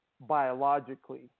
biologically